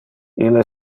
ille